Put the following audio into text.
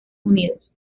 unidos